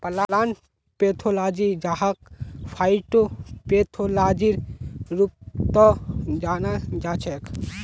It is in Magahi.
प्लांट पैथोलॉजी जहाक फाइटोपैथोलॉजीर रूपतो जानाल जाछेक